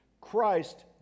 Christ